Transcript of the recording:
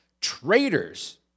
traitors